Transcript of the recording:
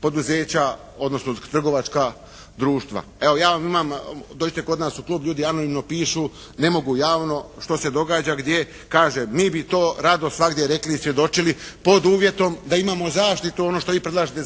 poduzeća, odnosno trgovačka društva. Evo ja imam, dođite kod nas u klub, ljudi anonimno pišu, ne mogu javno, što se događa gdje, kažu mi bi to rado svagdje rekli i svjedočili pod uvjetom da imamo zaštitu ono što vi predlažete